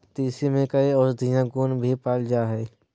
तीसी में कई औषधीय गुण भी पाल जाय हइ